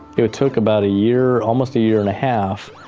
it took about a year, almost a year and a half,